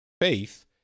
faith